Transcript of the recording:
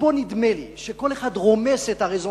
ופה נדמה לי שכל אחד רומס את ה-raison